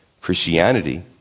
Christianity